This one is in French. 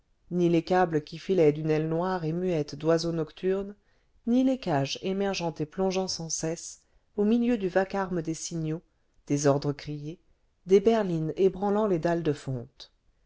ni les câbles qui filaient d'une aile noire et muette d'oiseau nocturne ni les cages émergeant et plongeant sans cesse au milieu du vacarme des signaux des ordres criés des berlines ébranlant les dalles de fonte